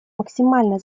максимально